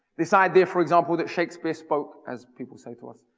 this idea for example that shakespeare spoke, as people say to us,